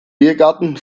biergarten